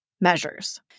measures